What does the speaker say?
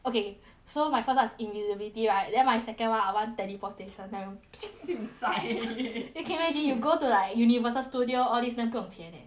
okay so my first was invisibility right then my second [one] I want teleportation 那种 then can you imagine you go to like Universal Studio all these 不用钱的 leh